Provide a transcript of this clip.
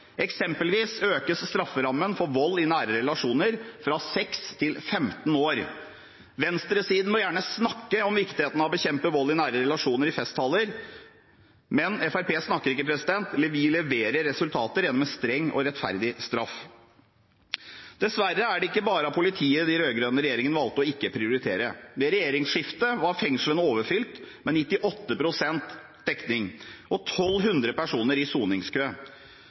Eksempelvis økes strafferammen for vold i nære relasjoner fra 6 til 15 år. Venstresiden må gjerne snakke om viktigheten av å bekjempe vold i nære relasjoner i festtaler. Fremskrittspartiet snakker ikke – vi leverer resultater gjennom en streng og rettferdig straff. Dessverre er det ikke bare politiet den rød-grønne regjeringen valgte ikke å prioritere. Ved regjeringsskiftet var fengslene overfylt, med 98 pst. dekning og 1 200 personer i soningskø.